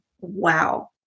wow